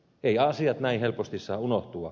ei asiat näin helposti saa unohtua